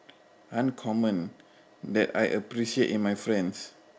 uncommon that I appreciate in my friends